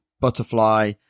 butterfly